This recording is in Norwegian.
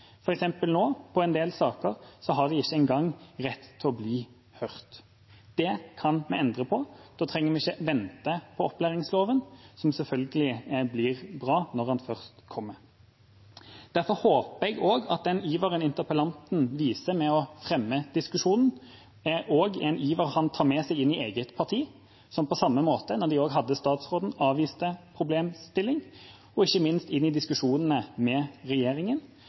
en nå i en del saker ikke engang rett til å bli hørt. Det kan vi endre på. Da trenger vi ikke vente på opplæringsloven, som selvfølgelig blir bra når den først kommer. Derfor håper jeg at den iveren interpellanten viser ved å fremme diskusjonen, også er en iver han tar med seg inn i eget parti – som på samme måte, da de hadde statsråden, avviste problemstillingen – og ikke minst inn i diskusjonene med